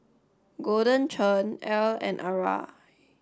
Golden Churn Elle and Arai